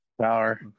Power